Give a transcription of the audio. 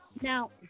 Now